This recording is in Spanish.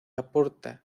aporta